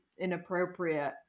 inappropriate